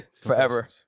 forever